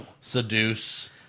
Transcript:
seduce